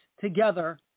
together